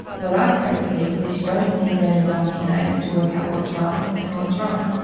what i say to people is you don't need letters after your name to work out what's right and what's wrong.